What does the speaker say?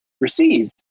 received